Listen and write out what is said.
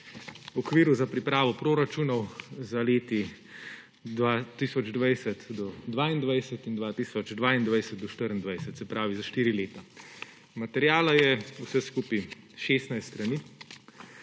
o okviru za pripravo proračunov za leta od 2020 do 2022 in od 2023 do 2024, se pravi za štiri leta. Materiala je vsega skupaj 16 strani,